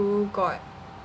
got